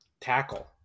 tackle